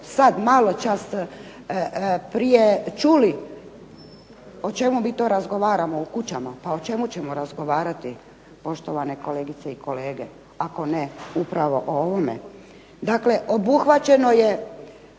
sad malo čas prije čuli o čemu mi to razgovaramo, o kućama. Pa o čemu ćemo razgovarati poštovane kolegice i kolege, ako ne upravo o ovome. Dakle, obuhvaćeno je